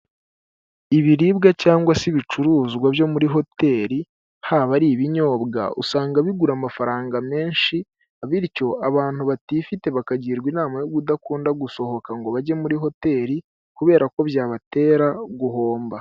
Ibiribwa cyangwa se ibicuruzwa byo muri hoteri, haba ari ibinyobwa, usanga bigura amafaranga menshi, bityo abantu batifite bakagirwa inama yo kudakunda gusohoka ngo bajye muri hoteri, kubera ko byabatera guhomba.